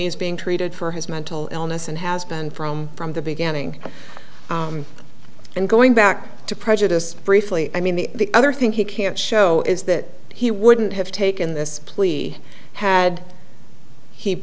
he's being treated for his mental illness and has been from from the beginning and going back to prejudice briefly i mean the other thing he can't show is that he wouldn't have taken this plea had he